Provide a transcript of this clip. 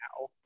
now